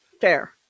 Fair